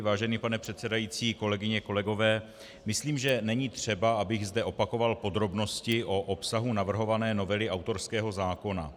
Vážený pane předsedající, kolegyně, kolegové, myslím, že není třeba, abych zde opakoval podrobnosti o obsahu navrhované novely autorského zákona.